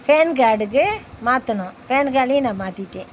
fan கார்டுக்கு மாற்றணும் PAN கார்டுலயும் நான் மாத்திகிட்டேன்